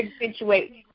accentuate